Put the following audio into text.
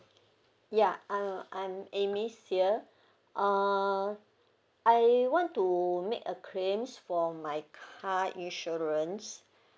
ya uh I'm amy here uh I want to make a claims for my car insurance